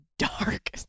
dark